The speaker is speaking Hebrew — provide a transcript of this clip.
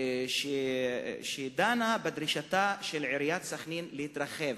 שדנה בדרישתה של עיריית סח'נין להתרחב,